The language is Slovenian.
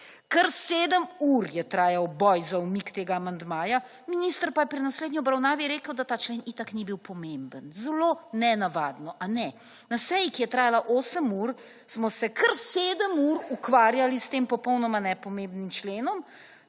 Kar 7 ure j trajal boj za umik tega amandmaja, minister pa je pri naslednji obravnavi rekel, da ta člen itak ni bil pomemben, zelo nenavadno ali ne. Na seji, ki je trajala 8 ur smo se kar 7 ur ukvarjali s tem popolnoma nepomembnim členom,